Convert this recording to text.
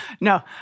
No